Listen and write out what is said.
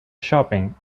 shopping